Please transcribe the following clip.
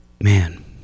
man